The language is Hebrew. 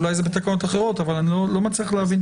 אולי זה בתקנות אחרות, אבל אני לא מצליח להבין.